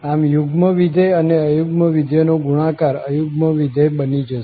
આમ યુગ્મ વિધેય અને અયુગ્મ વિધેય નો ગુણાકાર અયુગ્મ વિધેય બની જશે